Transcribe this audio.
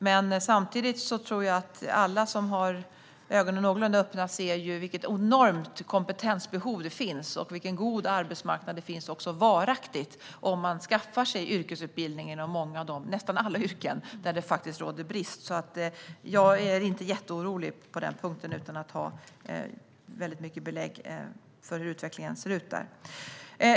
Men samtidigt tror jag att alla som har ögonen någorlunda öppna ser vilket enormt kompetensbehov som finns och vilken god arbetsmarknad som finns också varaktigt om man skaffar sig yrkesutbildning inom de många yrken - nästan alla - där det råder brist. Jag är alltså inte jätteorolig på den punkten - utan att ha så väldigt mycket belägg för hur utvecklingen ser ut där.